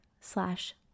slash